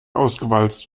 ausgewalzt